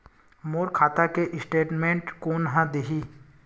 मोर खाता के स्टेटमेंट कोन ह देही?